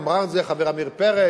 אמר את זה חבר הכנסת עמיר פרץ,